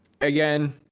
Again